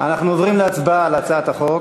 אנחנו עוברים להצבעה על הצעת החוק.